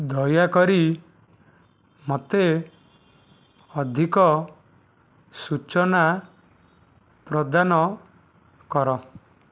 ଦୟାକରି ମୋତେ ଅଧିକ ସୂଚନା ପ୍ରଦାନ କର